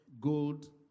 gold